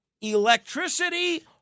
Electricity